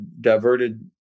diverted